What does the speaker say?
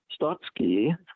Stotsky